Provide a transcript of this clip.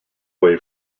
way